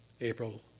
April